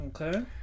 Okay